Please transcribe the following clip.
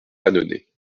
annonay